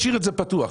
זה פתוח,